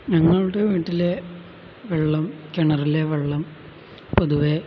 ഞങ്ങളുടെ വീട്ടിലെ വെള്ളം കിണറിലെ വെള്ളം പൊതുവേ